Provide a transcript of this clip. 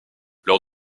leur